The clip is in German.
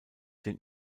den